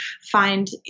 find